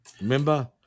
Remember